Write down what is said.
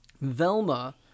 Velma